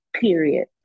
period